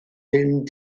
mynd